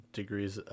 degrees